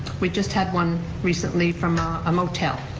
we just had one recently from a motel.